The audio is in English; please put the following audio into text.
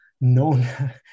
known